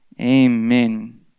Amen